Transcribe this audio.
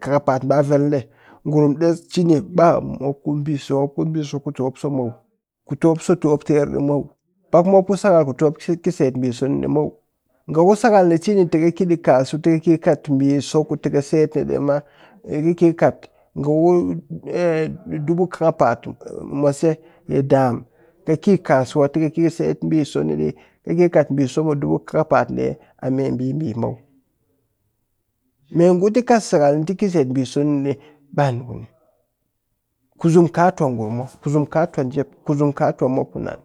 kakapa'at ba vel ɗe ngurum ɗes cini ba mop ku ɓiso mop ku ɓiso ku tɨ mop so muw ku tɨ mop so tɨ mop ter muw pak mop ba mop ku sakal kutɨ mop ki set so ni ɗi muw, nga ku sakal ni cini pe tɨkɨ ki ɗi kasuwa tɨ kɨ ki kɨ kat ɓiso ku tɨ kɨ set ni ɗima ɓe ka ki kɨ kat nga ku dubu kakapa'at mwase yi ɗaam ka ki kasuwa ti kɨ ki set ɓiso nima kɨki kɨ kat ɓiso mɨ dubu kakapa'at ɗe ni a me ɓi muw me ngu tɨ kat sakal tɨ set so bani kuni kusum ka tuwa ngurum mop kusum ka tuw njep kusum ka tuwa mop ku nan.